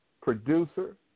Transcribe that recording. Producer